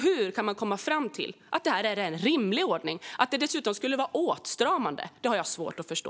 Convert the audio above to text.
Hur kan man komma fram till att detta är en rimlig ordning och att det dessutom skulle vara åtstramande? Det har jag svårt att förstå.